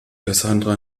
cassandra